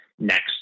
next